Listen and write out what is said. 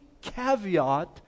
caveat